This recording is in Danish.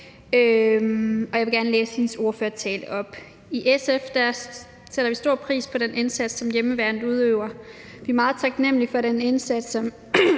og jeg vil gerne læse hendes ordførertale op: I SF sætter vi stor pris på den indsats, som hjemmeværnet udøver. Vi er meget taknemlige for den indsats,